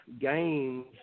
games